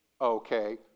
Okay